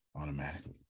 automatically